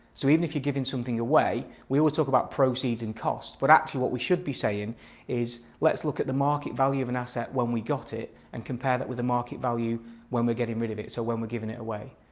so even if you're giving something away we always talk about proceeds and cost but actually what we should be saying is let's look at the market value of an asset when we got it and compare that with the market value when we're getting rid of it, so when we're giving it away.